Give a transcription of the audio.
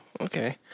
Okay